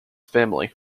family